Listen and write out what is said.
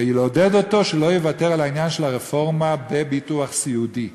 ולעודד אותו שלא יוותר על העניין של הרפורמה בביטוח סיעודי.